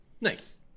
Nice